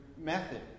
method